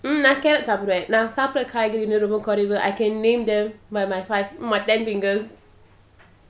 நான்காரட்சாப்பிடுவேன்:nan karat sapduven I can name them by my five my ten fingers